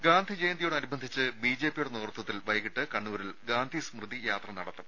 ദേദ ഗാന്ധിജയന്തിയോടനുബന്ധിച്ച് ബിജെപിയുടെ നേതൃത്വത്തിൽ വൈകീട്ട് കണ്ണൂരിൽ ഗാന്ധി സ്മൃതി യാത്ര നടത്തും